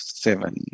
seven